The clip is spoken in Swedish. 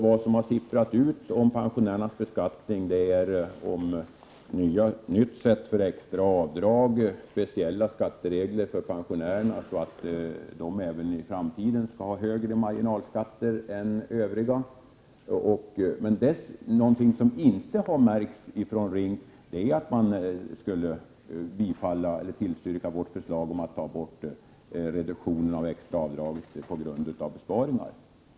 Det som har sipprat ut om pensionärernas beskattning från RINK gäller ett nytt system för extra avdrag och speciella skatteregler för pensionärer så att de även i framtiden skall ha högre marginalskatter än övriga. Något som inte har sagts från RINK:s sida är att man tillstyrker vårt förslag om att ta bort den reduktion av det extra avdraget som sker på grund av besparingar.